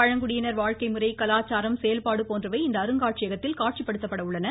பழங்குடியினர் வாழக்கை முறை கலாச்சாரம் செயல்பாடு போன்றவை இந்த அருங்காட்சியகத்தில் காட்சிப்படுத்தப்பட உள்ளன